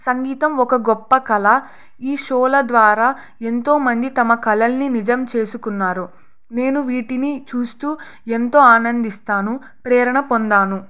సంగీతం ఒక గొప్ప కళ ఈ షోల ద్వారా ఎంతోమంది తమ కళలని నిజం చేసుకున్నారు నేను వీటిని చూస్తు ఎంతో ఆనందిస్తాను ప్రేరణ పొందాను